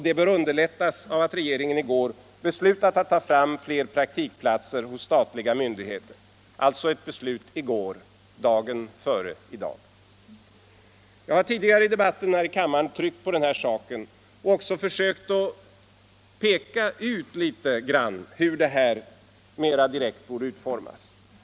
Den bör underlättas av att regeringen i går beslutat ta fram fler praktikplatser hos statliga myndigheter, alltså i går — dagen före i dag. Jag har tidigare i debatten här i kammaren tryckt på denna sak och försökt peka ut hur detta borde utformas.